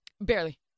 Barely